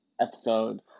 episode